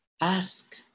ask